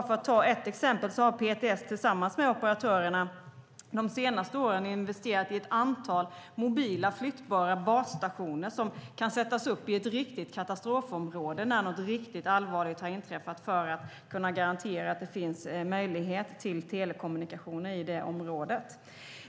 För att ta ett exempel har PTS tillsammans med operatörerna de senaste åren investerat i ett antal mobila, flyttbara basstationer som kan sättas upp i ett katastrofområde när något riktigt allvarligt har inträffat för att kunna garantera möjlighet till telekommunikation i området.